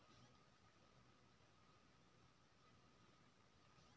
खेत दु तरहे पटाएल जाइ छै खुब डुबाए केँ या हल्का पानि सँ